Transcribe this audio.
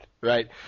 right